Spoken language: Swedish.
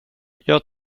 jag